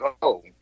go